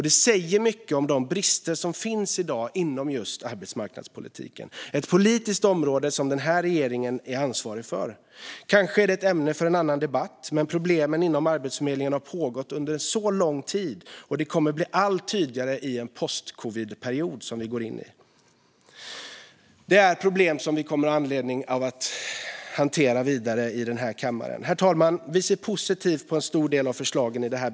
Det säger mycket om de brister som finns i dag inom arbetsmarknadspolitiken - ett politiskt område som regeringen är ansvarig för. Kanske är detta ett ämne för en annan debatt. Men problemen inom Arbetsförmedlingen har pågått under så lång tid, och de kommer att bli allt tydligare i en post-covid-period, som vi nu går in i. Detta är problem som vi kommer att ha anledning att hantera vidare i den här kammaren. Herr talman! Vi ser positivt på en stor del av förslagen i betänkandet.